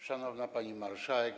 Szanowna Pani Marszałek!